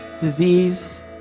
disease